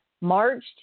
March